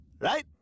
right